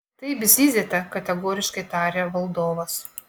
taip zyziate kategoriškai tarė valdovas